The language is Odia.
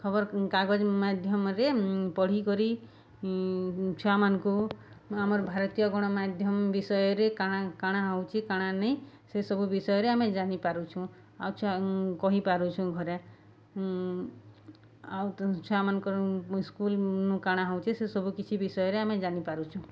ଖବର୍କାଗଜ୍ ମାଧ୍ୟମରେ ପଢ଼ିକରି ଛୁଆମାନ୍ଙ୍କୁ ଆମର୍ ଭାରତୀୟ ଗଣମାଧ୍ୟମ୍ ବିଷୟରେ କାଣା କାଣା ହଉଛେ କାଣା ନାଇଁ ସେସବୁ ବିଷୟରେ ଆମେ ଜାନିପାରୁଛୁଁ ଆଉ କହିପାରୁଛୁଁ ଘରେ ଆଉ ଛୁଆମାନଙ୍କର୍ ସ୍କୁଲୁ କାଣା ହଉଛେ ସେସବୁ କିଛି ବିଷୟରେ ଆମେ ଜାନିପାରୁଛୁଁ